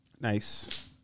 Nice